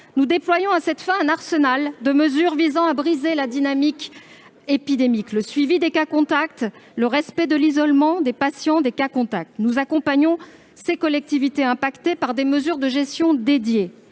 Nous déployons à cette fin un arsenal de mesures visant à briser la dynamique épidémique : suivi des cas contacts, respect de l'isolement des patients et des cas contacts. Nous accompagnons les collectivités touchées par des mesures de gestion dédiées.